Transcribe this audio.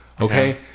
okay